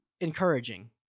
encouraging